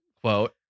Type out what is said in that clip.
quote